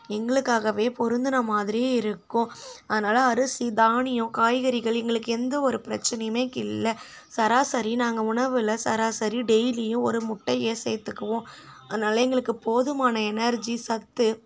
எங்களுக்காகவே பொருந்தின மாதிரியே இருக்கும் அதனால அரிசி தானியம் காய்கறிகள் எங்களுக்கு எந்த ஒரு பிரச்சினையுமே இல்லை சராசரி நாங்கள் உணவில் சராசரி டெய்லியும் ஒரு முட்டையை சேர்த்துக்குவோம் அதனால எங்களுக்கு போதுமான எனர்ஜி சத்து